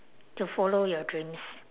to follow your dreams